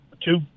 two